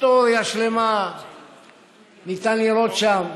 היסטוריה שלמה ניתן לראות שם.